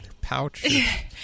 pouch